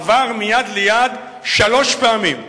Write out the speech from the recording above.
עבר מיד ליד שלוש פעמים.